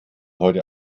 heute